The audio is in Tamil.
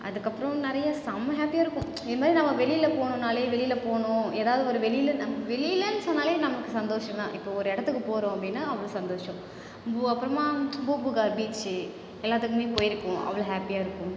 அதுக்கப்புறோம் நிறைய சம்ம ஹாப்பியாக இருக்கும் இதுமாதிரி நம்ம வெளியில் போகணும்னாலே வெளியில் போகணும் ஏதாவது ஒரு வெளியில் நம் வெளிலன்னு சொன்னாலே நமக்கு சந்தோசம் தான் இப்போது ஒரு இடத்துக்கு போகிறோம் அப்படின்னா நமக்கு சந்தோசம் அப்புறமா பூம்பூகார் பீச்சி எல்லாத்துக்குமே போயிருக்கோம் அவ்வளோ ஹாப்பியாருக்கும்